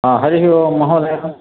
ह हरिः ओम् महोदय